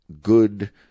good